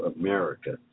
America